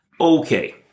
Okay